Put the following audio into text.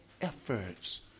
efforts